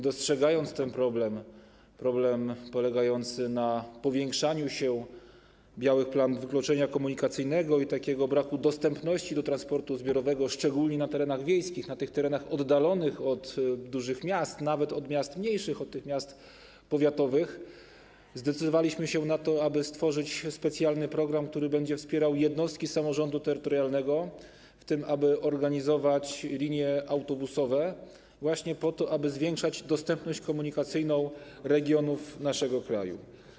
Dostrzegając ten problem, problem polegający na powiększaniu się białych plam wykluczenia komunikacyjnego i braku dostępności transportu zbiorowego, szczególnie na terenach wiejskich, na terenach oddalonych od dużych miast, nawet od miast mniejszych, od miast powiatowych, zdecydowaliśmy się na to, aby stworzyć specjalny program, który będzie wspierał jednostki samorządu terytorialnego, aby organizować linie autobusowe, aby zwiększyć dostępność komunikacyjną regionów naszego kraju.